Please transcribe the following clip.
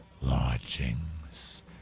lodgings